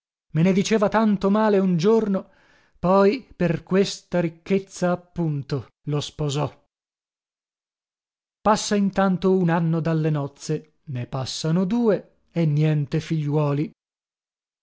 me ne diceva tanto male un giorno poi per questa ricchezza appunto lo sposò passa intanto un anno dalle nozze ne passano due e niente figliuoli